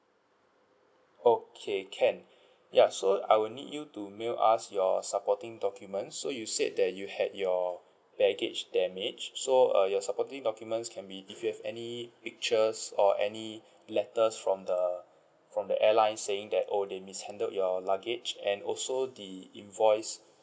okay can yeah so I will need you to mail us your supporting documents so you said that you had your baggage damaged so err your supporting documents can be if you have any pictures or any letters from the from the airline saying that oh they mishandled your luggage and also the invoice